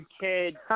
kid